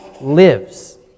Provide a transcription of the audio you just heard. lives